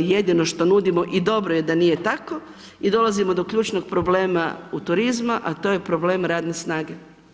jedino što nudimo i dobro je da nije tako i dolazimo do ključnog problema u turizma, a to je problem radne snage.